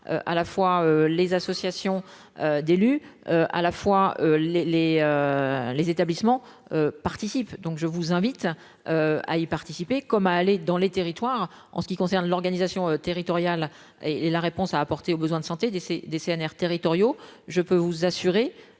à la fois les associations d'élus, à la fois les, les, les établissements participent donc je vous invite à y participer, comme à aller dans les territoires, en ce qui concerne l'organisation territoriale et et la réponse à apporter aux besoins de santé des c'est des CNR territoriaux, je peux vous assurer